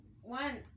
one